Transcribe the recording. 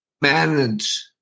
manage